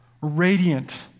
radiant